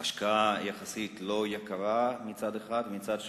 מצד אחד השקעה יחסית לא יקרה, ומצד שני,